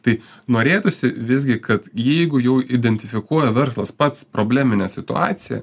tai norėtųsi visgi kad jeigu jau identifikuoja verslas pats probleminę situaciją